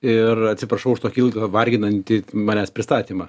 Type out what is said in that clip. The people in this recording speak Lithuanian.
ir atsiprašau už tokį ilgą varginantį manęs pristatymą